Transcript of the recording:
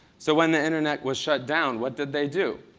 so when the internet was shut down, what did they do?